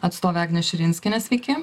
atstovę agnę širinskienę sveiki